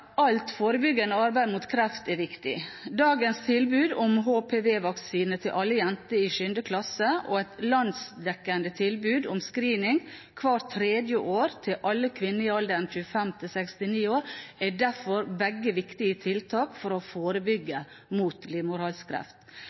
alt forebyggende arbeid mot kreft er viktig. Dagens tilbud om HPV-vaksine til alle jenter i 7. klasse og et landsdekkende tilbud om screening hvert tredje år til alle kvinner i alderen 25 til 69 år, er derfor begge viktige tiltak for å forebygge